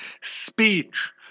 speech